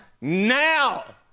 now